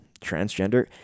transgender